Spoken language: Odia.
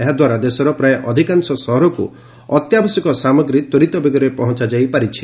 ଏହାଦ୍ଧାରା ଦେଶର ପ୍ରାୟ ଅଧିକାଂଶ ସହରକୁ ଅତ୍ୟାବଶ୍ୟକ ସାମଗ୍ରୀ ତ୍ୱରିତ ବେଗରେ ପହଞ୍ଚାଯାଇ ପାରିଛି